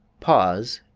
pause,